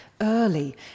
early